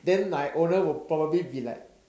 then my owner will probably be like